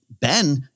ben